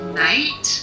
night